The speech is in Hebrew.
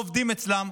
אנחנו לא עובדים אצלם,